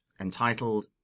entitled